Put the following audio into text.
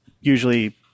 usually